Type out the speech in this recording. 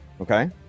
Okay